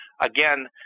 Again